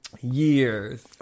years